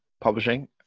Publishing